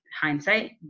hindsight